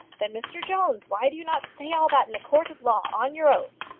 then, mr jones, why do you not say all that in a court of law on your oath?